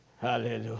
Hallelujah